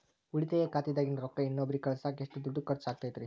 ಉಳಿತಾಯ ಖಾತೆದಾಗಿನ ರೊಕ್ಕ ಇನ್ನೊಬ್ಬರಿಗ ಕಳಸಾಕ್ ಎಷ್ಟ ದುಡ್ಡು ಖರ್ಚ ಆಗ್ತೈತ್ರಿ?